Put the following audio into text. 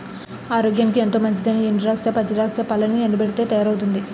ఆరోగ్యానికి ఎంతో మంచిదైనా ఎండు ద్రాక్ష, పచ్చి ద్రాక్ష పళ్లను ఎండబెట్టితే తయారవుతుంది